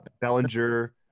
Bellinger